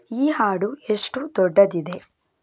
ಈ ಹಾಡು ಎಷ್ಟು ದೊಡ್ಡದಿದೆ